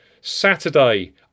Saturday